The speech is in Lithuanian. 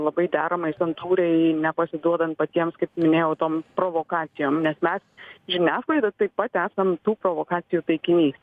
labai deramai santūriai nepasiduodant patiems kaip minėjau toms provokacijoms nes mes žiniasklaida taip pat esam tų provokacijų taikinys